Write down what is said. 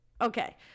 Okay